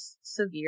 severe